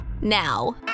now